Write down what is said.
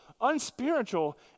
unspiritual